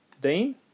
Dean